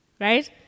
right